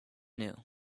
new